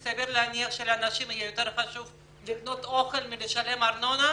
סביר להניח שלאנשים יהיה חשוב יותר לקנות אוכל מאשר לשלם ארנונה.